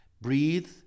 breathe